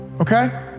okay